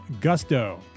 Gusto